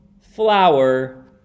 Flower